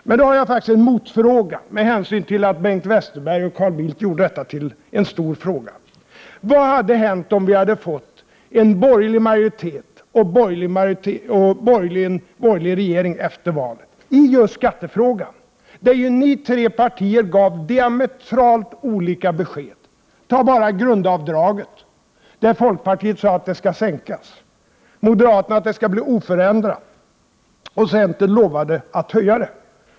Då ställer jag en motfråga med tanke på att Bengt Westerberg och Carl Bildt gör detta till en stor fråga: Vad hade hänt i fråga om skatter om vi hade fått en borgerlig majoritet och en borgerlig regering efter valet? De tre borgerliga partierna gav diametralt olika besked. Tag bara grundavdraget. Där sade folkpartiet att det skulle sänkas. Moderaterna sade att det skulle bli oförändrat. Centern lovade att höja det.